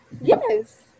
Yes